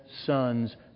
sons